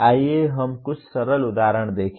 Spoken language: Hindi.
आइए हम कुछ सरल उदाहरण देखें